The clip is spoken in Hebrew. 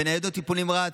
בניידות טיפול נמרץ,